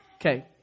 Okay